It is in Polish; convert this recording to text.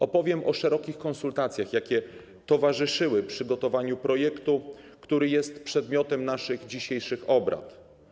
Opowiem o szerokich konsultacjach, jakie towarzyszyły przygotowaniu projektu, który jest przedmiotem naszych dzisiejszych obrad.